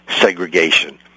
segregation